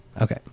Okay